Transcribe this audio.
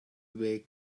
way